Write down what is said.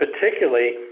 particularly